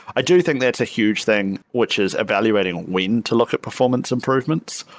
i do think that's a huge thing, which is evaluating when to look at performance improvements.